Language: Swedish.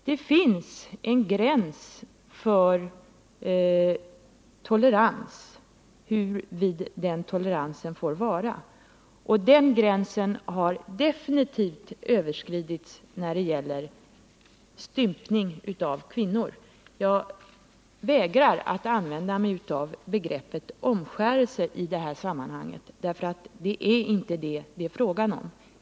Det finns en gräns för hur vid toleransen får vara. Den gränsen har definitivt överskridits när det gäller stympning av kvinnor. Jag vägrar att använda begreppet omskärelse i detta sammanhang, därför att det är inte detta det är fråga om.